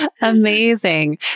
Amazing